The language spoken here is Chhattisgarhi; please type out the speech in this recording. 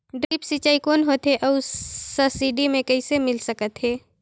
ड्रिप सिंचाई कौन होथे अउ सब्सिडी मे कइसे मिल सकत हे?